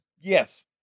Yes